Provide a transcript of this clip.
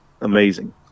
amazing